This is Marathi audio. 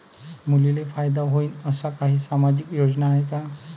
मुलींले फायदा होईन अशा काही सामाजिक योजना हाय का?